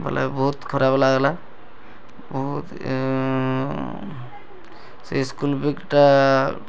ବୋଲେ ବହୁତ୍ ଖରାପ୍ ଲାଗ୍ଲା ବହୁତ୍ ସେ ସ୍କୁଲ୍ ବେଗ୍ଟା